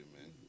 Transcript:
man